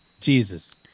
Jesus